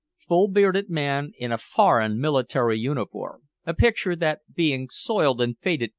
full-bearded man in a foreign military uniform a picture that, being soiled and faded,